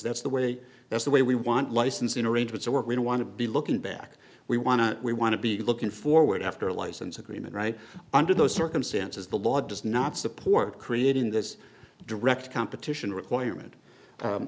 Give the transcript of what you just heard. that's the way that's the way we want licensing arrangements and we don't want to be looking back we want to we want to be looking forward after a license agreement right under those circumstances the law does not support creating this direct competition requirement